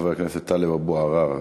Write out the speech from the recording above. חבר הכנסת טלב אבו עראר,